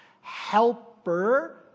helper